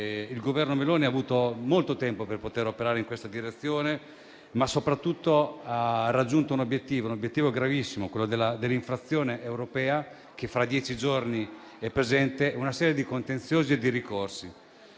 il Governo Meloni ha avuto molto tempo per poter operare in questa direzione, ma soprattutto ha raggiunto un obiettivo, un obiettivo gravissimo, quello della dell'infrazione europea, che arriverà fra dieci giorni, con una serie di contenziosi e di ricorsi.